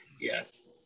Yes